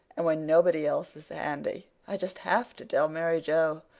and when nobody else is handy i just have to tell mary joe.